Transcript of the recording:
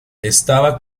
estaba